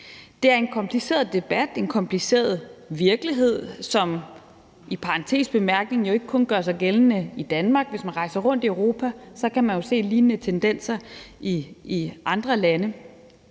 Det er en kompliceret debat, og det er en kompliceret virkelighed, som i parentes bemærket jo ikke kun gør sig gældende i Danmark. Hvis man rejser rundt i Europa, kan man se lignende tendenser i andre lande.